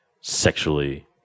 sexually